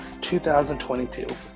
2022